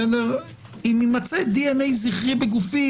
אם יימצא דנ"א זכרי בגופי,